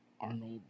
Arnold